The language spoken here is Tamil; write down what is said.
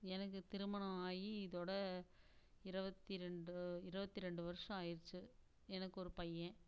எனக்கு திருமணம் ஆகி இதோடு இரபத்தி ரெண்டு இரபத்தி ரெண்டு வருஷம் ஆயிடுச்சி எனக்கு ஒரு பையன்